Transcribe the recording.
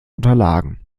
unterlagen